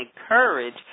encourage